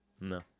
No